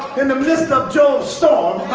in the midst of job's storm